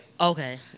Okay